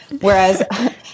Whereas